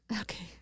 Okay